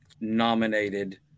nominated